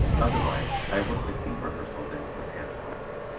otherwise i work the scene rehearsals in with hand-props.